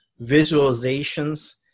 visualizations